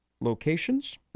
locations